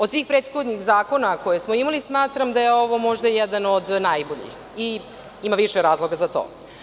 Od svih prethodnih zakona koje smo imali, smatram da je ovo možda jedan od najboljih i ima više razloga za to.